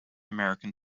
american